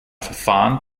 verfahren